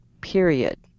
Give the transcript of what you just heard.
period